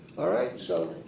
right, so.